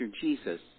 Jesus